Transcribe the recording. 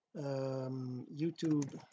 YouTube